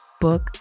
book